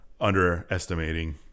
underestimating